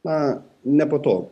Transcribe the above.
na nepatogu